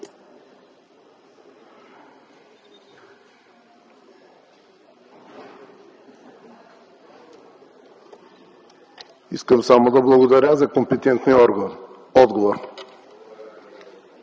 Искам само да благодаря за компетентния отговор.